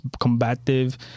combative